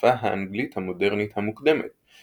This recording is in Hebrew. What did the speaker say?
והשפה האנגלית המודרנית המוקדמת ,